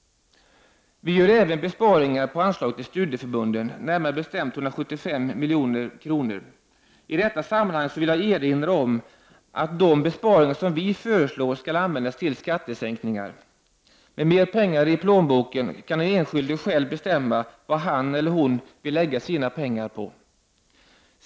Vi föreslår även besparingar på anslaget till studieförbunden, besparingar som uppgår till 175 milj.kr. I detta sammanhang vill jag erinra om att de besparingar som vi föreslår skall användas till skattesänkningar. Med mer pengar i plånboken kan den enskilde själv bestämma vad han eller hon vill lägga sina pengar på.